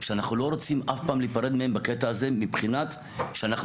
שאנחנו לא רוצים אף פעם להיפרד מהם בקטע הזה מבחינת שאנחנו